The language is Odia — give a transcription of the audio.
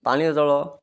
ପାନୀୟ ଜଳ